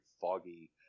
foggy